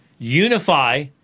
Unify